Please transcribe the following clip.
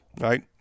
right